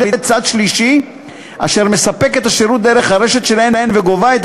צד שלישי אשר מספק את השירות דרך הרשת שלהן וגובה את